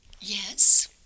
Yes